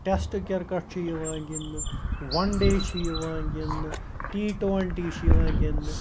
test cricket چھُ یِوان گِںٛدنہٕ وَن ڈے چھُ یِوان گِںٛدنہٕ ٹی ٹُوَنٹی چھِ یِوان گِنٛدنہٕ